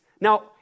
Now